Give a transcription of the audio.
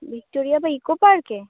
Victoria বা eco পার্কে